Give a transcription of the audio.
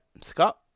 Scott